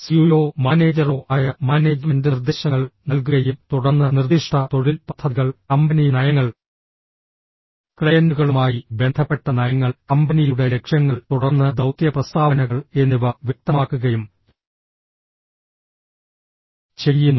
സിഇഒയോ മാനേജറോ ആയ മാനേജ്മെന്റ് നിർദ്ദേശങ്ങൾ നൽകുകയും തുടർന്ന് നിർദ്ദിഷ്ട തൊഴിൽ പദ്ധതികൾ കമ്പനി നയങ്ങൾ ക്ലയന്റുകളുമായി ബന്ധപ്പെട്ട നയങ്ങൾ കമ്പനിയുടെ ലക്ഷ്യങ്ങൾ തുടർന്ന് ദൌത്യ പ്രസ്താവനകൾ എന്നിവ വ്യക്തമാക്കുകയും ചെയ്യുന്നു